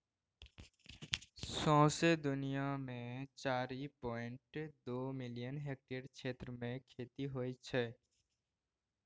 सौंसे दुनियाँ मे चारि पांइट दु मिलियन हेक्टेयर क्षेत्र मे खेती होइ छै